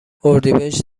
اردیبهشت